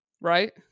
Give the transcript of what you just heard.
Right